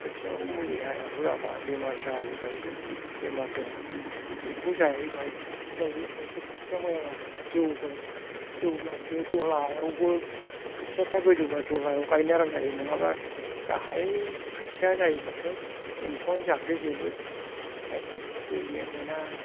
खोथियाआव मुलि होआबा बेमार जायो बैहायबो बेमार दङ एम्फौ जायो बेवहायबो खोथियाआवबो ओमफ्रायसो खोथियाआ मोजां जागोन जौगोन जौब्लासो दहला हायावबो खोथियाफ्रा गोजौबा दहलायाव गायनो आराम जायो नङाबा गाहाय खोथिया जायोब्लाथ' एम्फौआनो जाजोबो आरो खेथिखौ ओरैनो मोना